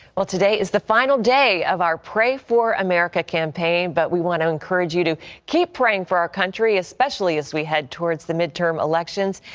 well today is the final day of our pray for america campaign, but we want to encourage you keep praying for our country, especially as we head toward the midterm elections.